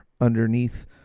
underneath